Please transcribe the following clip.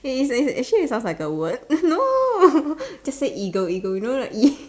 is is actually it sounds like a word no just say is eagle eagle you know the E